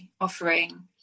offering